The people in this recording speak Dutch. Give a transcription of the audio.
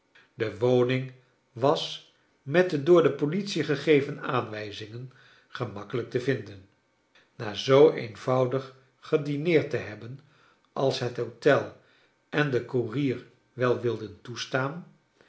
de woning was met de door de politic gegeven aanwrjzingen gemakkelijk te vinden na zoo eenvoudig gedineerd te hebben als het hotel en de koerier wel wilden toestaan